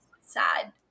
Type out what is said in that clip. sad